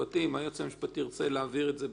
שאם היועץ המשפטי ירצה להעביר את זה בכתב,